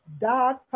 Dark